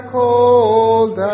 cold